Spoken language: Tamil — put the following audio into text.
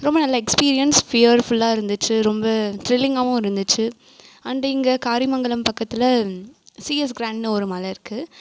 ரொம்ப நல்ல எக்ஸ்பீரியன்ஸ் ஃபியர்ஃபுல்லாக இருந்துச்சு ரொம்ப த்ரிலிங்காகவும் இருந்துச்சு அண்டு இங்கே காரியமங்கலம் பக்கத்தில் சிஎஸ் கிரான்னு ஒரு மலை இருக்குது